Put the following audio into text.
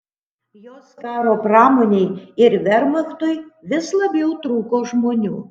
jos karo pramonei ir vermachtui vis labiau trūko žmonių